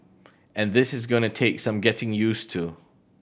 and this is going to take some getting use to